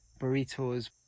burritos